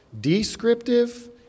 descriptive